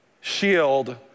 shield